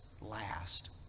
last